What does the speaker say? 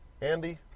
Andy